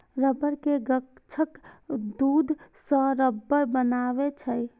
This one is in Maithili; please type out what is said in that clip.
रबड़ के गाछक दूध सं रबड़ बनै छै